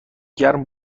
گرم